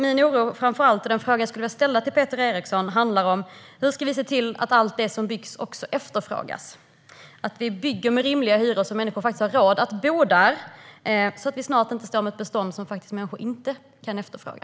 Min oro och den fråga jag skulle vilja ställa till Peter Eriksson handlar om hur vi ska se till att allt det som byggs också efterfrågas - att hyrorna blir rimliga så att människor faktiskt har råd att bo där vi bygger. Annars kan vi snart stå med ett bestånd som människor inte kan efterfråga.